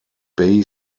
bay